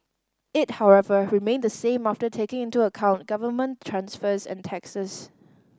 it however remained the same after taking into account government transfers and taxes